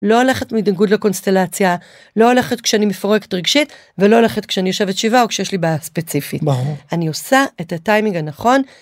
לא הולכת מדגוד לקונסטלציה לא הולכת כשאני מפורקת רגשית ולא הולכת כשאני יושבת שבעה או כשיש לי בעיה ספציפית, ברור, אני עושה את הטיימינג הנכון.